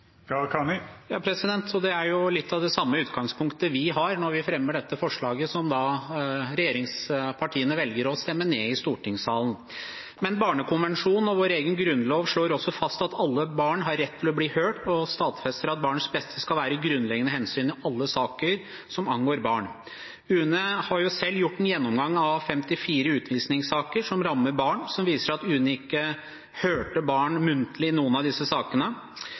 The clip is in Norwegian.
Det er jo litt av det samme utgangspunktet vi har når vi fremmer dette forslaget som regjeringspartiene velger å stemme ned i stortingssalen. Barnekonvensjonen og vår egen grunnlov slår fast at alle barn har rett til å bli hørt, og stadfester at barns beste skal være et grunnleggende hensyn i alle saker som angår barn. UNE har selv gjort en gjennomgang av 54 utvisningssaker som rammer barn, som viser at UNE ikke hørte barn muntlig i noen av disse sakene.